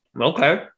Okay